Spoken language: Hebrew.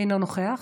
אינו נוכח,